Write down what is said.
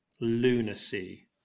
lunacy